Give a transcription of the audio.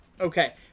Okay